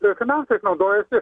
ir finansais naudojasi